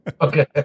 Okay